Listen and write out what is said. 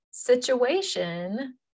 situation